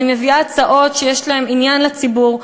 אני מביאה הצעות שיש בהן עניין לציבור,